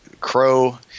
crow